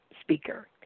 speaker